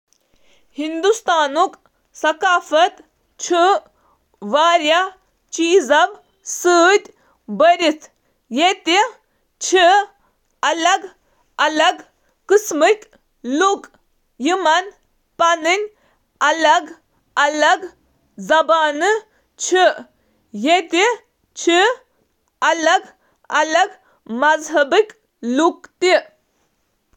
ہندوستٲنی ثقافتچ اہم خصوصیات چِھ مہذب مواصلات، عقائد ، اقدار، آداب تہٕ رسومات۔ ہِنٛدُستان چُھ پوٗرٕ دُنیاہس منٛز پنٛنہِ 'تنوعس منٛز اتحاد' خٲطرٕ مشہوٗر۔ امیُک مطلب چُھ زِ ہندوستان چُھ اکھ متنوع قوم یتہٕ واریاہ مذہبی لوک چِھ پرامن طورس پیٹھ یکوٹہٕ روزان یمن پنٕنۍ مختلف ثقافتہٕ چِھ۔